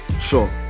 sure